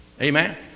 Amen